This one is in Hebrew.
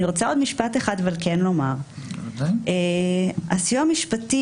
אני רוצה לומר עוד משפט אחד הסיוע המשפטי